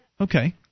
Okay